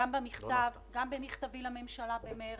-- גם במכתבי לממשלה במארס,